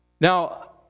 Now